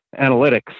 analytics